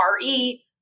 RE